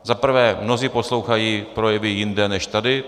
Za prvé, mnozí poslouchají projevy jinde než tady.